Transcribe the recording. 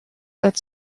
that